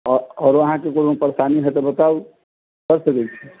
आओरो अहाँके कोनो परेशानी है तऽ बताउ